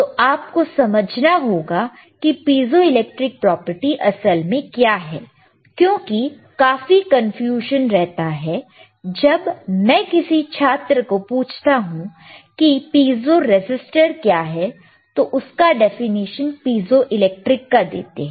तो आप को समझना होगा कि पीजोइलेक्ट्रिक प्रॉपर्टी असल में क्या है क्योंकि काफी कंफ्यूजन रहता है जब मैं किसी छात्र को पूछता हूं कि पीजो रेसिस्टर क्या है तो उसका डेफिनिशन पीजोइलेक्ट्रिक का देते हैं